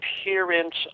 appearance